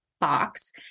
box